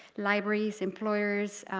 libraries employers,